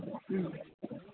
ഉം